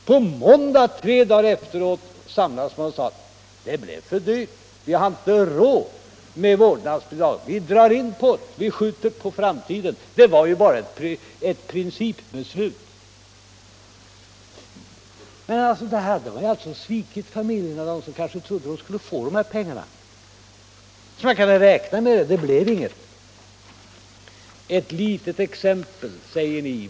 På måndag, tre dagar senare, samlades man och sade: Det blev för dyrt, vi har inte råd med vårdnadsbidrag, vi skjuter det på framtiden — det var ju bara ett principbeslut. Men på det sättet svek man de familjer som kanske trodde att de skulle få de här pengarna och hade börjat räkna med dem. Det blev ingenting. Det var ett litet exempel, säger ni.